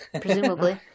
Presumably